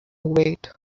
wait